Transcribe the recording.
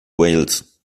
wales